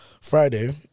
Friday